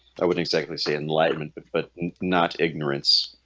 wouldn't exactly say enlightenment, but but not ignorant